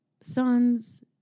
sons